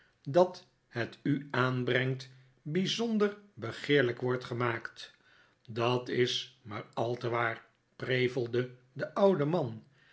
dat het u aanbrengt bijzonder begeerlijk wordt gemaakt dat is maar al te waar prevelde de oude man